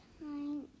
time